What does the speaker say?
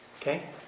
okay